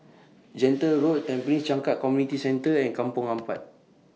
Gentle Road Tampines Changkat Community Centre and Kampong Ampat